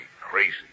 Crazy